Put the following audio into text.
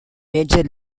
major